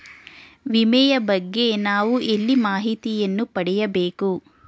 ವಿಮೆಯ ಬಗ್ಗೆ ನಾವು ಎಲ್ಲಿ ಮಾಹಿತಿಯನ್ನು ಪಡೆಯಬೇಕು?